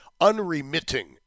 unremitting